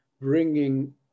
bringing